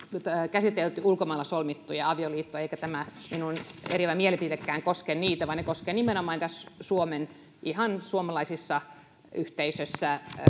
käsitelty ulkomailla solmittuja avioliittoja eikä tämä minun eriävä mielipiteenikään koske niitä vaan se koskee nimenomaan suomessa ihan suomalaisessa yhteisössä